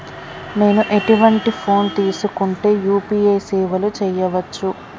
నేను ఎటువంటి ఫోన్ తీసుకుంటే యూ.పీ.ఐ సేవలు చేయవచ్చు?